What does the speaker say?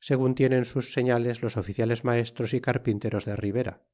segun tienen sus señales los oficiales maestros y carpinteros de ribera